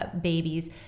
babies